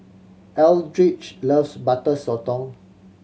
Eldridge loves Butter Sotong